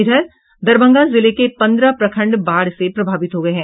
इधर दरभंगा जिले के पन्द्रह प्रखंड बाढ़ से प्रभावित हो गये है